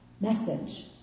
message